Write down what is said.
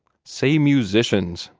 say musicians!